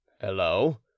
Hello